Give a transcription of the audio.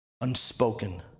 unspoken